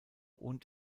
und